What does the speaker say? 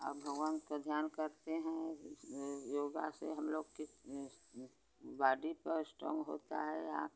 भगवान का ध्यान करते हैं योगा से हम लोग के बॉडी पर स्ट्रॉंग होता है आँख